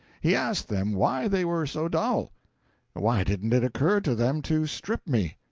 he asked them why they were so dull why didn't it occur to them to strip me.